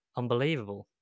unbelievable